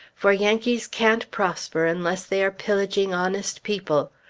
for yankees can't prosper unless they are pillaging honest people.